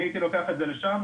אני הייתי לוקח את זה לשם,